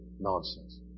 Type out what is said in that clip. nonsense